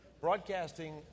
broadcasting